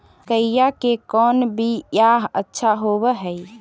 मकईया के कौन बियाह अच्छा होव है?